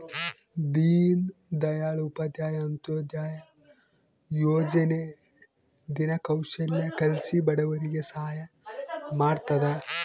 ದೀನ್ ದಯಾಳ್ ಉಪಾಧ್ಯಾಯ ಅಂತ್ಯೋದಯ ಯೋಜನೆ ದಿನ ಕೌಶಲ್ಯ ಕಲ್ಸಿ ಬಡವರಿಗೆ ಸಹಾಯ ಮಾಡ್ತದ